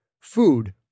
food